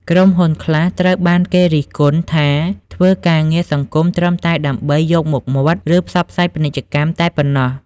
ក្រុមហ៊ុនខ្លះត្រូវបានគេរិះគន់ថា ធ្វើការងារសង្គមត្រឹមតែដើម្បី យកមុខមាត់ ឬផ្សព្វផ្សាយពាណិជ្ជកម្មតែប៉ុណ្ណោះ។